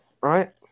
right